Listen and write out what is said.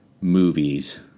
movies